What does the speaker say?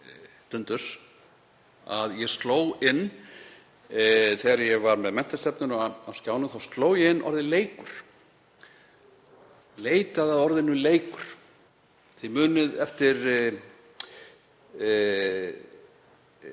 dundurs að ég sló inn, þegar ég var með menntastefnuna á skjánum, orðið leikur, leitaði að orðinu leikur. Þið munið eftir